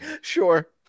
Sure